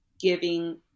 giving